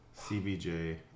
CBJ